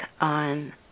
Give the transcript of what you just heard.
on